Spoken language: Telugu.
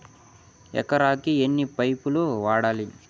ఎకరాకి ఎన్ని పైపులు వాడాలి?